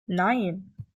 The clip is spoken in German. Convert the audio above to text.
nein